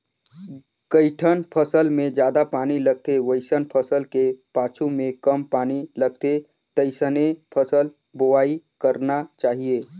कइठन फसल मे जादा पानी लगथे वइसन फसल के पाछू में कम पानी लगथे तइसने फसल बोवाई करना चाहीये